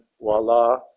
voila